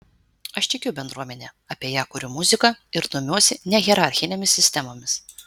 aš tikiu bendruomene apie ją kuriu muziką ir domiuosi nehierarchinėmis sistemomis